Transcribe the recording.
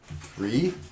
Three